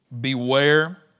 Beware